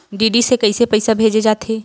DD से कइसे पईसा भेजे जाथे?